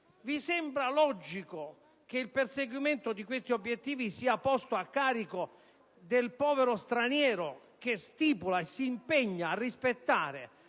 vi sembra logico che il perseguimento di tali obiettivi sia posto a carico del povero straniero che stipula l'accordo e si impegna a rispettare